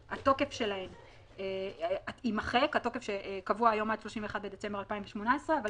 שהתוקף שלהן שקבוע היום עד 31 בדצמבר 2018 יימחק,